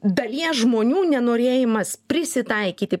dalies žmonių nenorėjimas prisitaikyti